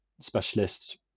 specialist